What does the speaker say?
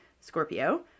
Scorpio